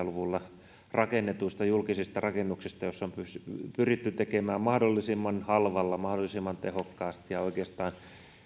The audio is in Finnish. luvuilla rakennetuista julkisista rakennuksista joissa on pyritty tekemään mahdollisimman halvalla mahdollisimman tehokkaasti ja oikeastaan